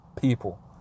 people